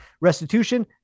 restitution